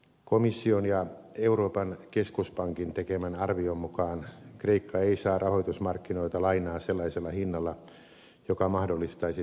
komission ja euroopan keskuspankin tekemän arvion mukaan kreikka ei saa rahoitusmarkkinoilta lainaa sellaisella hinnalla joka mahdollistaisi talouden tervehdyttämisen